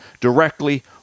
directly